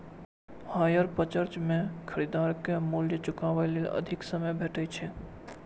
hire purchase मे खरीदार कें मूल्य चुकाबै लेल अधिक समय भेटै छै